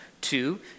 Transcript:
Two